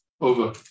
over